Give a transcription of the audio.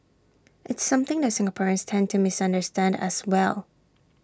it's something that Singaporeans tend to misunderstand as well